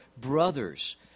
brothers